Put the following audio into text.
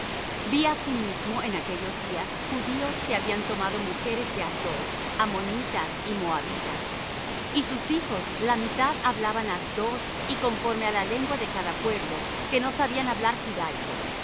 tu misericordia ví asimismo en aquellos días judíos que habían tomado mujeres de asdod ammonitas y moabitas y sus hijos la mitad hablaban asdod y conforme á la lengua de cada pueblo que no sabían hablar judaico